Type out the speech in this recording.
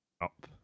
up